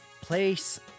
place